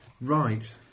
right